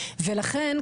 ולכן,